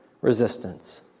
resistance